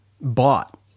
bought